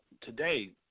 today